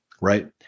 right